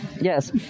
Yes